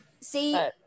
See